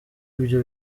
ibyo